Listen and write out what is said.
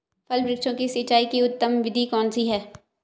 फल वृक्षों की सिंचाई की उत्तम विधि कौन सी है?